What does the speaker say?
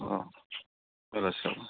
अ बेलासेयाव